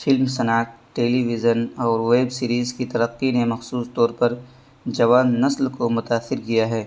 film صنعتت television اور web series کی ترقی نے مخصوص طور پر جوان نسل کو متاثر کیا ہے